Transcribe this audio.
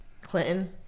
clinton